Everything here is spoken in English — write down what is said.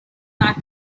lack